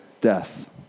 death